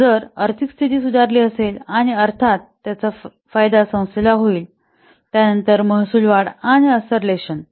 तर जर आर्थिक स्थिती सुधारली असेल आणि अर्थात याचा फायदा संस्थेला होईल त्यानंतर महसूल वाढ आणि असेर्लशन